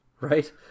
Right